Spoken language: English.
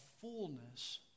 fullness